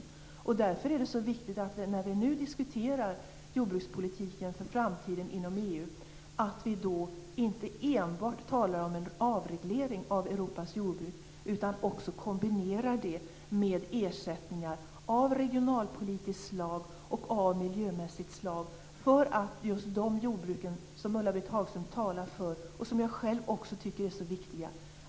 Det är därför viktigt att vi när vi nu diskuterar jordbrukspolitiken för framtiden inom EU inte enbart talar om en avreglering av Europas jordbruk utan kombinerar en sådan med ersättningar av regionalpolitiskt och miljömässigt slag, för att vi skall kunna ha kvar just de jordbruk som Ulla-Britt Hagström talar för och som också jag själv tycker är så viktiga.